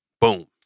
Boom